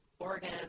Oregon